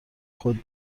خود